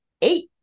Eight